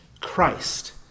Christ